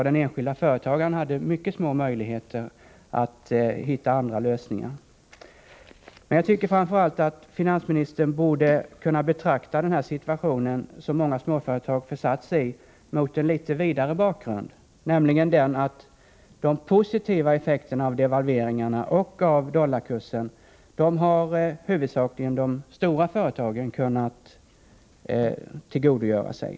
Den enskilde företagaren hade som sagt mycket små möjligheter att hitta andra lösningar för att finansiera en investering. Jag tycker att finansministern borde betrakta den situation i vilken många småföretag har försatt sig i ett litet vidare perspektiv. De positiva effekterna av devalveringarna och av den stigande dollarkursen har nämligen i huvudsak endast de stora företagen kunnat tillgodogöra sig.